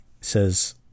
says